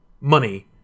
money